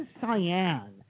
cyan